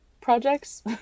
projects